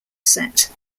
set